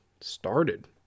started